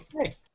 hey